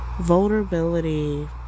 Vulnerability